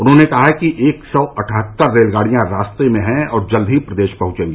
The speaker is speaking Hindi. उन्होंने कहा कि एक सौ अठहत्तर रेलगाड़ियां रास्ते में है और जल्द ही प्रदेश पहुंचेंगी